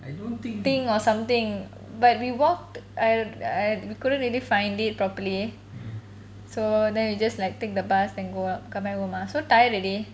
thing or something but we walked I I we couldn't really find it properly so then we just like take the bus then go out come back home ah so tired already